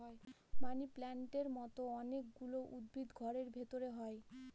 মানি প্লান্টের মতো অনেক গুলো উদ্ভিদ ঘরের ভেতরে হয়